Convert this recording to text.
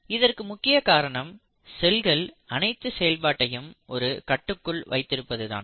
இதற்கு முக்கிய காரணம் செல்கள் அனைத்து செயல்பாட்டையும் ஒரு கட்டுக்குள் வைத்திருப்பதுதான்